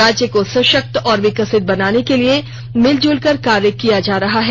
राज्य को सशक्त और विकसित बनाने के लिए मिलजुलकर कार्य किया जा रहा है